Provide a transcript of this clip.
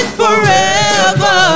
forever